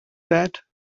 that